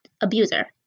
abuser